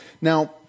Now